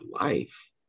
life